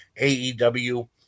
AEW